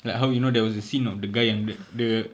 like how you know there was a scene of the guy yang dia dia